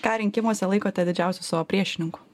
ką rinkimuose laikote didžiausiu savo priešininku